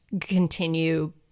continue